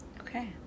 Okay